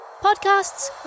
podcasts